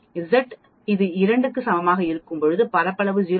Z இது 2 க்கு சமமாக இருக்கும்போது பரப்பளவு 0